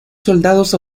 soldados